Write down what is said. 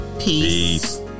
Peace